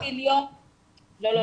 לא,